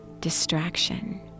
distraction